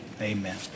Amen